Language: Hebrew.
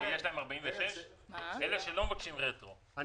אלה שלא מבקשים רטרואקטיבית,